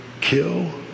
kill